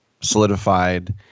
solidified